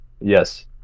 yes